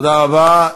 תודה רבה.